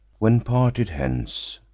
when, parted hence,